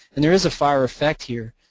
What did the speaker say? and there is a fire effect here,